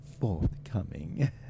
forthcoming